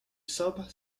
sub